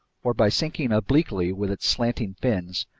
or by sinking obliquely with its slanting fins,